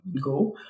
Go